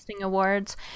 awards